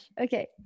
okay